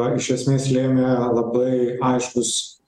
iš esmės lėmė labai aiškūs